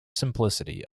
simplicity